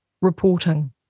reporting